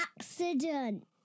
accident